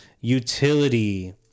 Utility